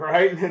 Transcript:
Right